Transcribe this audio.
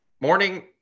morning